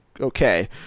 okay